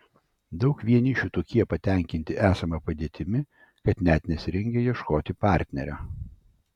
daug vienišių tokie patenkinti esama padėtimi kad net nesirengia ieškoti partnerio